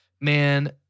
Man